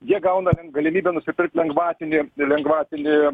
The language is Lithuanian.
jie gauna jiem galimybę nusipirkti lengvatinį lengvatinį